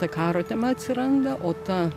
ta karo tema atsiranda o ta